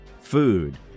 food